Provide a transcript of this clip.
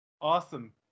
Awesome